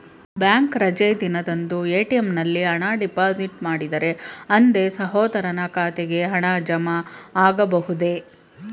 Bank ರಜೆ ದಿನದಂದು ATM ನಲ್ಲಿ ಹಣ ಡಿಪಾಸಿಟ್ ಮಾಡಿದರೆ ಅಂದೇ ಸಹೋದರನ ಖಾತೆಗೆ ಹಣ ಜಮಾ ಆಗಬಹುದೇ?